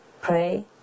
pray